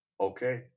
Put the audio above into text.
Okay